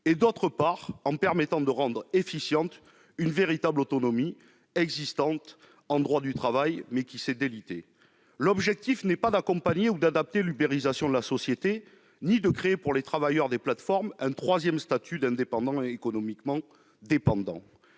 et, d'autre part, en permettant de rendre efficiente une véritable autonomie, existante en droit du travail, mais qui s'est délitée. L'objectif n'est pas d'accompagner ou d'adapter l'ubérisation de la société, ni de créer pour les travailleurs des plateformes un troisième statut d'indépendants économiquement dépendants.